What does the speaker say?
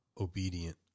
Obedient